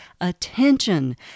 attention